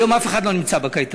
היום אף אחד לא נמצא בקייטנות,